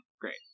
great